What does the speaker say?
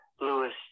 Lewis